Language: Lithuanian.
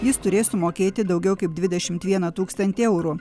jis turės sumokėti daugiau kaip dvidešimt vieną tūkstantį eurų